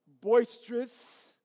boisterous